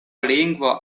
lingvo